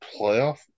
playoff